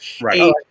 Right